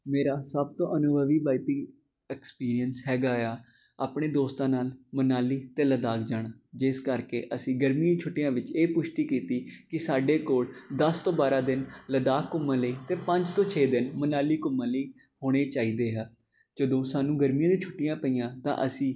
ਮੇਰਾ ਸਭ ਤੋਂ ਅਨੁਭਵੀ ਬਾਈਕਿੰਗ ਐਕਸਪੀਰੀਅੰਸ ਹੈਗਾ ਆ ਆਪਣੇ ਦੋਸਤਾਂ ਨਾਲ ਮਨਾਲੀ ਅਤੇ ਲੱਦਾਖ ਜਾਣਾ ਜਿਸ ਕਰਕੇ ਅਸੀਂ ਗਰਮੀ ਛੁੱਟੀਆਂ ਵਿੱਚ ਇਹ ਪੁਸ਼ਟੀ ਕੀਤੀ ਕਿ ਸਾਡੇ ਕੋਲ ਦਸ ਤੋਂ ਬਾਰ੍ਹਾਂ ਦਿਨ ਲੱਦਾਖ ਘੁੰਮਣ ਲਈ ਅਤੇ ਪੰਜ ਤੋਂ ਛੇ ਦਿਨ ਮਨਾਲੀ ਘੁੰਮਣ ਲਈ ਹੋਣੇ ਚਾਹੀਦੇ ਆ ਜਦੋਂ ਸਾਨੂੰ ਗਰਮੀਆਂ ਦੇ ਛੁੱਟੀਆਂ ਪਈਆਂ ਤਾਂ ਅਸੀਂ